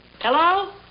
Hello